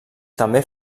també